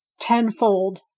tenfold